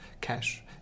cash